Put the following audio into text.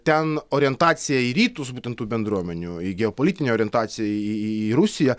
ten orientacija į rytus būtent tų bendruomenių į geopolitinę orientaciją į rusiją